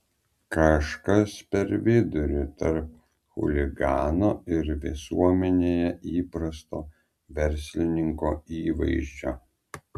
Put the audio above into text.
kažkas per vidurį tarp chuligano ir visuomenėje įprasto verslininko įvaizdžio